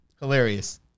Hilarious